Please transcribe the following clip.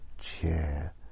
chair